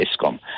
ESCOM